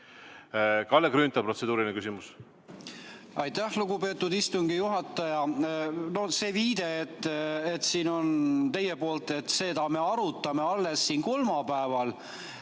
Kalle Grünthal, protseduuriline küsimus.